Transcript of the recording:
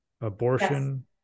abortion